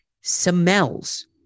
smells